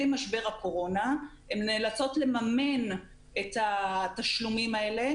משבר הקורונה והן נאלצות לממן את התשלומים האלה.